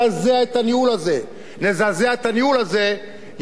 נזעזע את הניהול הזה, תתחיל להיות פה כלכלה צודקת.